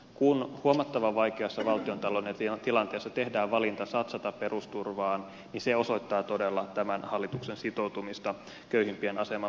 kun huomattavan vaikeassa valtiontalouden tilanteessa tehdään valinta satsata perusturvaan niin se osoittaa todella tämän hallituksen sitoutumista köyhimpien aseman parantamiseen